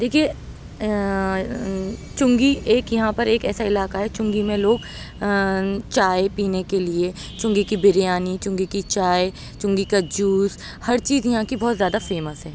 دیکھیے چنگی ایک یہاں پر ایک ایسا علاقہ ہے چنگی میں لوگ چائے پینے کے لیے چنگی کی بریانی چنگی کی چائے چنگی کا جوس ہر چیز یہاں کی بہت زیادہ فیمس ہے